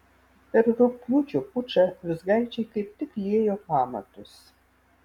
per rugpjūčio pučą vizgaičiai kaip tik liejo pamatus